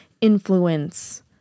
influence